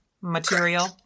material